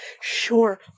Sure